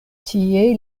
tie